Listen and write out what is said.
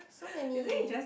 so many